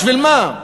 בשביל מה?